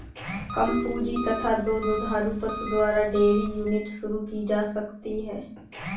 कम पूंजी तथा दो दुधारू पशु द्वारा डेयरी यूनिट शुरू की जा सकती है